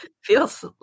feels